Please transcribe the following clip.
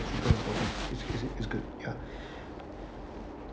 is it is good ya